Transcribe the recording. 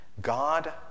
God